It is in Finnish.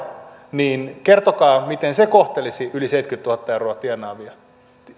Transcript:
kertokaa miten se kohtelisi yli seitsemänkymmentätuhatta euroa tienaavia